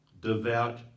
devout